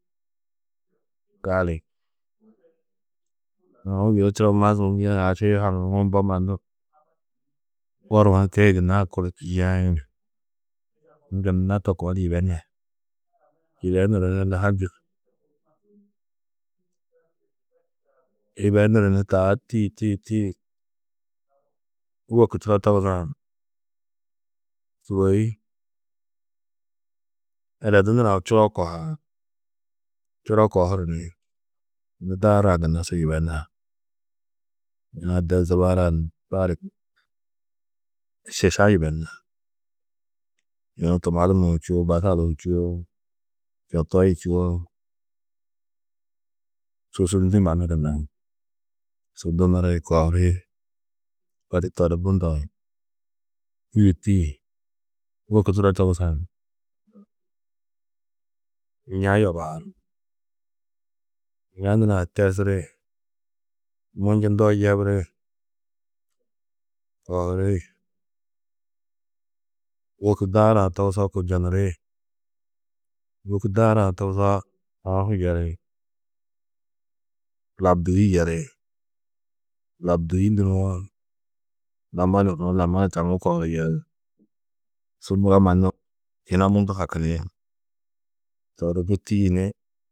Gali, aũ yunu turo mazun yunu ašii haŋuwo mbo mannu, goruũ gunna ha kunu yeĩ. Gunna to koo di yibenar, yibenuru ni nû yibenuru taa tîyi tîyi wôku turo togusã sûgoi eredu nurã čuro kohaar. Čuro kohuru ni yunu daarã gunna su yibenar. Yina de bari šiša yibenar. Yunu tumatumuu čûwo, basaluu čûwo, čotoi čûwo, susu ndû mannu gunna su dunuri, kohuri odu to di bu ndo tîyi, tîyi wôku turo togusã, ña yobaar. N̰a nurã tersiri, munjundoo yebiri, kohuri wôku daarã tugusoo kunjonuri, wôku daarã togusoo aũ hu yeri. Labdûi yeri, labdûi nuroo lamma ni hunu lamma ni taŋu kohuru yeri. Su muro mɑnnu yina mundu hakini. To di bu tîyi ni.